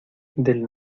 del